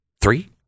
three